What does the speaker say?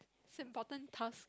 it's important task